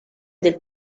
del